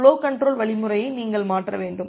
flow control வழிமுறையை நீங்கள் மாற்ற வேண்டும்